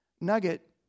nugget